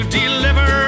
deliver